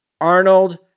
Arnold